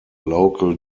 local